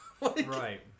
Right